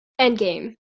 Endgame